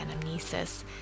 Anamnesis